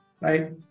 right